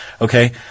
Okay